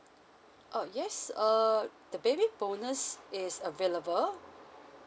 uh yes err the baby bonus is available